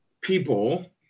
people